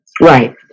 Right